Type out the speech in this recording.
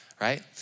right